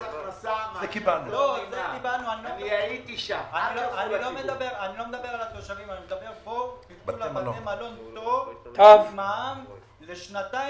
אני לא מדבר על התושבים אלא תנו לבתי המלון פטור ממע"מ לשנתיים.